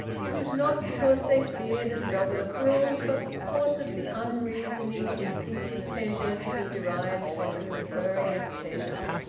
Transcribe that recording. it was not because they feared a struggle of wills but because of the unreasoning instinctive pleasure to be derived from the conferring of pleasure,